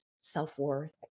self-worth